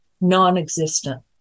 non-existent